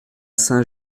saint